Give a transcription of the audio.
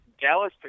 Dallas